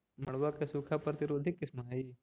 मड़ुआ के सूखा प्रतिरोधी किस्म हई?